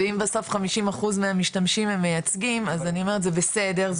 ואם בסוף 50% מהם משתמשים במייצגים אז אני אומרת זה בסדר,